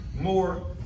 more